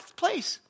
place